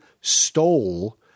stole